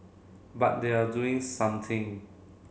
but they are doing something